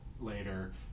later